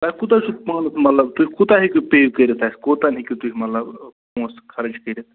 تۄہہِ کوٗتاہ حظ چھُو پانَس مطلب تُہۍ کوٗتاہ ہیٚکِو پےٚ کٔرِتھ اَسہِ کوٚت تانۍ ہیٚکِو تُہۍ مطلب پۄنٛسہٕ خرٕچ کٔرِتھ